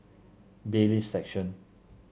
Bailiffs' Section